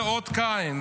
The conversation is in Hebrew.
זה אות קין.